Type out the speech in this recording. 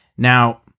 Now